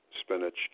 spinach